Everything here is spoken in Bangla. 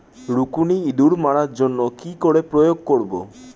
রুকুনি ইঁদুর মারার জন্য কি করে প্রয়োগ করব?